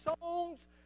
songs